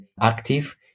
active